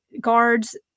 guards